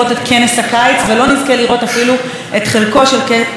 לראות אפילו את חלקו של כנס החורף,